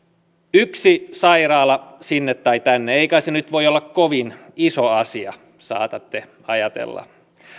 yksi sairaala sinne tai tänne ei kai se nyt voi olla kovin iso asia saatatte ajatella